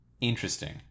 Interesting